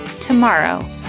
tomorrow